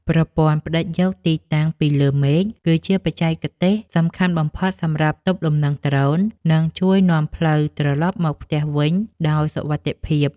ប្រព័ន្ធផ្ដិតយកទីតាំងពីលើមេឃគឺជាបច្ចេកទេសសំខាន់បំផុតសម្រាប់ទប់លំនឹងដ្រូន និង ជួយនាំផ្លូវត្រលប់មកផ្ទះវិញដោយសុវត្ថិភាព។